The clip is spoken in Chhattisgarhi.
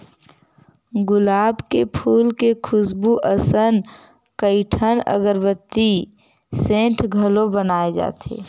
गुलाब के फूल के खुसबू असन कइठन अगरबत्ती, सेंट घलो बनाए जाथे